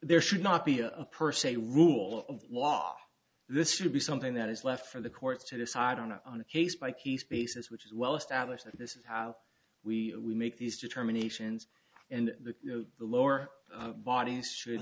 there should not be a per se rule of law this should be something that is left for the courts to decide on a on a case by case basis which is well established and this is how we we make these determinations and the lower bodies should